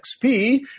XP